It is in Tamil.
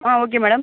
ah okay madam